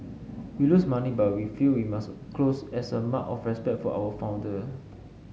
we lose money but we feel we must close as a mark of respect for our founder